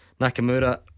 Nakamura